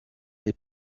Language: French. des